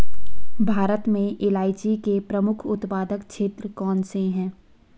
भारत में इलायची के प्रमुख उत्पादक क्षेत्र कौन से हैं?